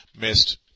missed